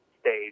stage